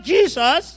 Jesus